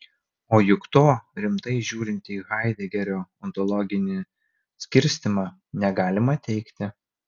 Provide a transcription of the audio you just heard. o juk to rimtai žiūrint į haidegerio ontologinį skirstymą negalima teigti